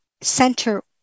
center